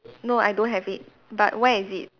no I don't have it but where is it